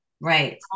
Right